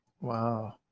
Wow